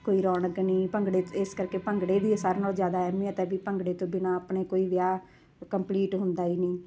ਕੋਈ ਰੌਣਕ ਨਹੀਂ ਭੰਗੜੇ 'ਚ ਇਸ ਕਰਕੇ ਭੰਗੜੇ ਦੀ ਸਾਰਿਆਂ ਨਾਲੋਂ ਜ਼ਿਆਦਾ ਅਹਿਮੀਅਤ ਹੈ ਵੀ ਭੰਗੜੇ ਤੋਂ ਬਿਨਾਂ ਆਪਣੇ ਕੋਈ ਵਿਆਹ ਕੰਪਲੀਟ ਹੁੰਦਾ ਹੀ ਨਹੀਂ